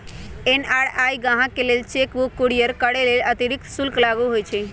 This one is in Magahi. एन.आर.आई गाहकके लेल चेक बुक कुरियर करय लेल अतिरिक्त शुल्क लागू होइ छइ